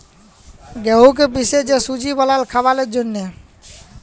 গেঁহুকে পিসে যে সুজি বালাল খাবারের জ্যনহে